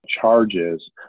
charges